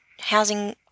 housing